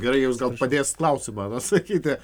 gerai jums gal padės klausimą atsakyti